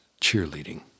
cheerleading